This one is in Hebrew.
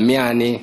מי אני,